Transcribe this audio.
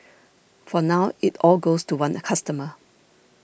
for now it all goes to one a customer